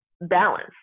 balance